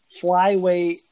flyweight